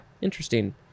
interesting